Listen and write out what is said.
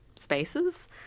spaces